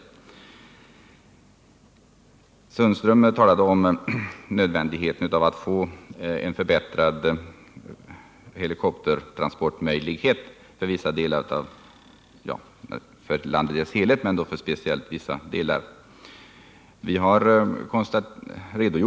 Sten-Ove Sundström talade om nödvändigheten av att få till stånd förbättrade helikoptertransportmöjligheter för landet i dess helhet men speciellt för vissa delar av landet.